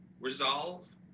resolve